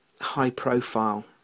high-profile